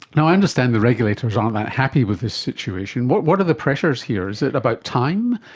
i understand the regulators aren't that happy with this situation. what what are the pressures here? is it about time?